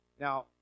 Now